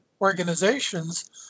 organizations